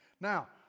Now